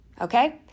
Okay